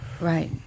Right